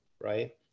right